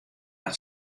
hat